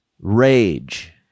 Rage